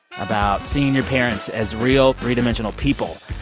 about seeing your parents as real, three-dimensional people,